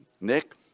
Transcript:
Nick